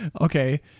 Okay